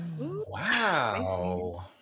wow